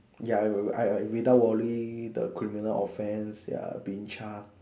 ya I will will I I without worry the criminal offence ya being Char